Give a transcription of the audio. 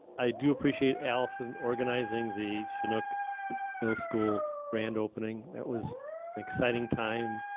i do appreciate allison organizing the chinook middle school grand opening. that was an exciting time,